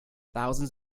thousands